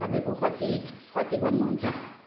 तपाईँको कति कति भन्नु हुन्छ